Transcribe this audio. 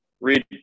read